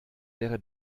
wäre